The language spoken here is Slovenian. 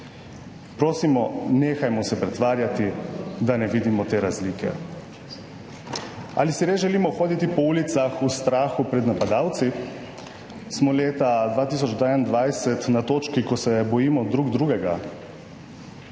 Prosimo, nehajmo se pretvarjati, da ne vidimo te razlike. Ali si res želimo hoditi po ulicah v strahu pred napadalci? Smo leta 2022 na točki, ko se bojimo drug drugega?